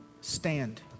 stand